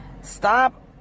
Stop